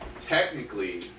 technically